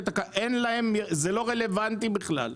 אין להם, זה לא רלוונטי בכלל.